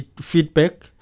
feedback